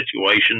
situation